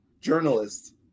journalists